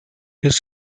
his